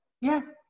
Yes